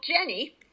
Jenny